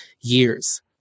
years